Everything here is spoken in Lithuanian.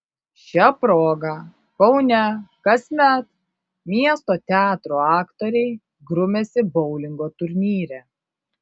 šia proga kaune kasmet miesto teatrų aktoriai grumiasi boulingo turnyre